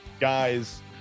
guys